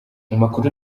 amakuru